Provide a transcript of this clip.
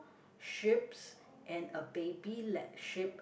sheeps and a baby like sheep